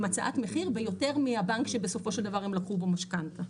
הצעת מחיר ביותר מהבנק שבסופו של דבר הם לקחו בו משכנתא.